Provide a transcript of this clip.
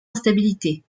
instabilité